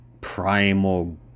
primal